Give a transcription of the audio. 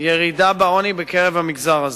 אנחנו רואים ירידה בעוני במגזר הזה.